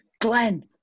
Glenn